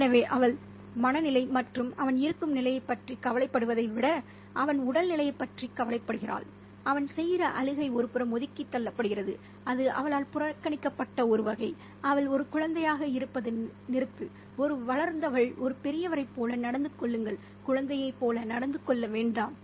எனவே அவள் மன நிலை மற்றும் அவன் இருக்கும் நிலையைப் பற்றி கவலைப்படுவதை விட அவன் உடல் நிலையைப் பற்றி கவலைப்படுகிறாள் அவன் செய்கிற அழுகை ஒருபுறம் ஒதுக்கித் தள்ளப்படுகிறது அது அவளால் புறக்கணிக்கப்பட்ட ஒரு வகை அவள் ஒரு குழந்தையாக இருப்பதை நிறுத்து ஒரு வளர்ந்தவள் ஒரு பெரியவரைப் போல நடந்து கொள்ளுங்கள் குழந்தையைப் போல நடந்து கொள்ள வேண்டாம்